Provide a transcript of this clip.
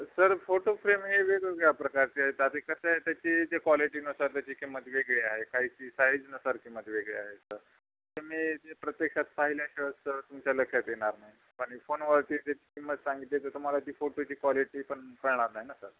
sir photo frame हे वेगवेगळ्या प्रकारचे आहेत आता कसं आहे त्याची जी क्वालिटीनुसार त्याची किंमत वेगळी आहे काहीची साईज नुसार किंमत वेगळी आहे तर ते मी ते प्रत्यक्षात पाहिल्याशिवाय सर तुमच्या लक्षात येणार नाही आणि फोनवरती जी किंमत सांगितली तर तुम्हाला ती फोटोची क्वालिटी पण कळणार नाही ना सर